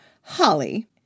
Holly